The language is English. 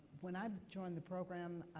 when i um joined the program,